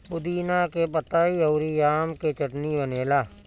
पुदीना के पतइ अउरी आम के चटनी बनेला